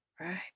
Right